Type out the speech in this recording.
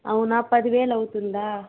అవునా పదివేలవుతుందా